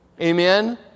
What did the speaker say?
Amen